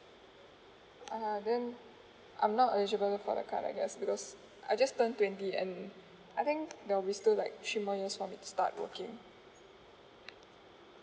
uh then I'm not eligible for the card I guess because I just turned twenty and I think there will be still like three more years from it starts working